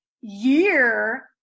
year